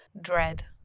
Dread